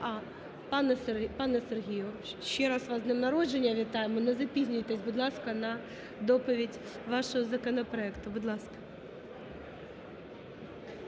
Пане Сергію, ще раз вас з днем народження вітаємо. Не запізнюйтесь, будь ласка, на доповідь вашого законопроекту. Будь ласка.